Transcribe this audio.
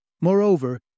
Moreover